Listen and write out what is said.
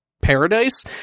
paradise